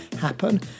happen